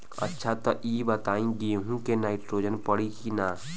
अच्छा त ई बताईं गेहूँ मे नाइट्रोजन पड़ी कि ना?